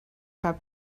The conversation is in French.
pas